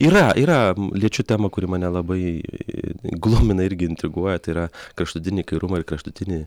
yra yra lyčių tema kuri mane labai glumina irgi intriguoja tai yra kraštutinį kairumą ir kraštutinį